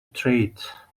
treat